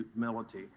humility